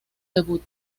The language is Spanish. debut